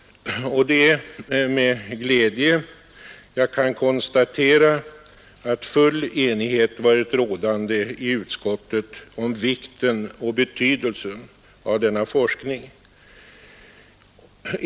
Det är med glädje jag kan konstatera att full enighet varit rådande i utskottet om vikten och betydelsen av denna forskning.